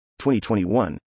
2021